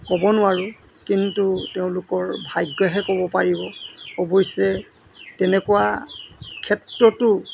ক'ব নোৱাৰোঁ কিন্তু তেওঁলোকৰ ভাগ্যইহে ক'ব পাৰিব অৱশ্যে তেনেকুৱা ক্ষেত্ৰতো